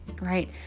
Right